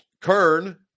Kern